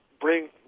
bring